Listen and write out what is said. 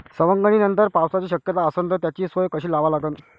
सवंगनीनंतर पावसाची शक्यता असन त त्याची सोय कशी लावा लागन?